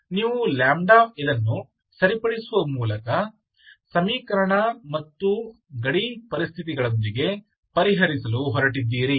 ನೀವು ಇದನ್ನು ಸರಿಪಡಿಸುವ ಮೂಲಕ ಸಮೀಕರಣ ಮತ್ತು ಗಡಿ ಪರಿಸ್ಥಿತಿಗಳೊಂದಿಗೆ ಪರಿಹರಿಸಲು ಹೊರಟಿದ್ದೀರಿ